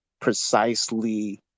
precisely